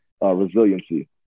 resiliency